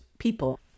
people